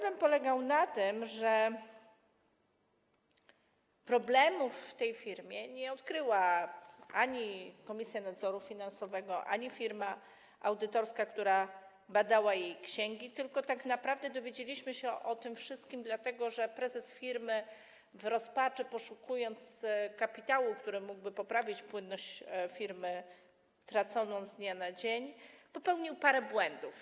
Kwestia polegała na tym, że problemów w tej firmie nie odkryła ani Komisja Nadzoru Finansowego, ani firma audytorska, która badała jej księgi, tylko tak naprawdę dowiedzieliśmy się o tym wszystkim, dlatego że prezes firmy w rozpaczy, poszukując kapitału, który mógłby poprawić traconą z dnia na dzień płynność firmy, popełnił parę błędów.